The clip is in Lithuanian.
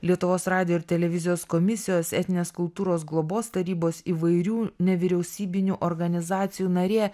lietuvos radijo ir televizijos komisijos etninės kultūros globos tarybos įvairių nevyriausybinių organizacijų narė